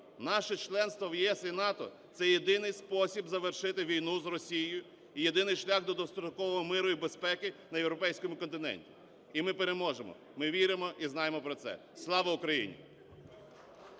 Наше членство в ЄС і НАТО – це єдиний спосіб завершити війну з Росією і єдиний шлях до дострокового миру і безпеки на європейському континенті. І ми переможемо, ми віримо і знаємо про це. Слава Україні!